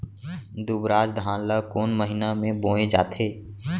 दुबराज धान ला कोन महीना में बोये जाथे?